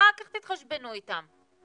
אחר כך תתחשבנו איתם,